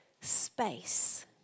space